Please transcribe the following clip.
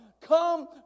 come